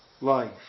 life